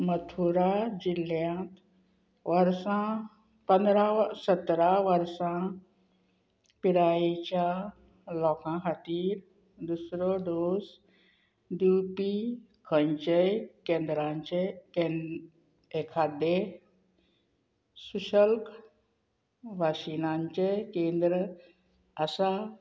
मथुरा जिल्ल्यांत वर्सां पंदरा सतरा वर्सां पिरायेच्या लोकां खातीर दुसरो डोस दिवपी खंयचेंय केंद्रांचे केन् एखादें सुशल्क वाशिनांचें केंद्र आसा